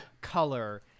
color